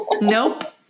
Nope